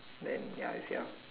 then ya is ya